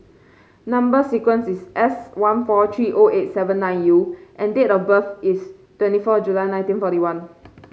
number sequence is S one four three O eight seven nine U and date of birth is twenty four July nineteen forty one